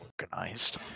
organized